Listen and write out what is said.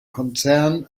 konzern